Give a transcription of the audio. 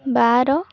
ବାର